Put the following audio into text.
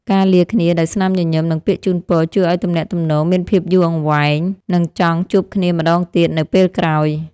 ការលាគ្នាដោយស្នាមញញឹមនិងពាក្យជូនពរជួយឱ្យទំនាក់ទំនងមានភាពយូរអង្វែងនិងចង់ជួបគ្នាម្ដងទៀតនៅពេលក្រោយ។